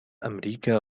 أمريكا